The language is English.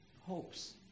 hopes